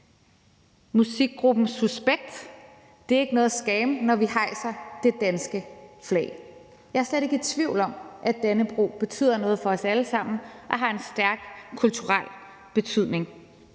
musikgruppen S.U.S.P.E.K.T.: »Det ikk' noget scam, når vi hejser det danske flag ...«. Jeg er slet ikke i tvivl om, at Dannebrog betyder noget for os alle sammen og har en stærk kulturel betydning.